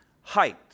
height